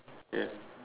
ya